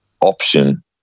option